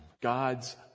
God's